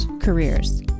careers